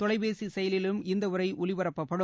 தொலைபேசி செயலிலும் இந்த உரை ஒலிபரப்பப்படும்